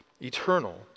eternal